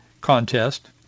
contest